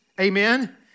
Amen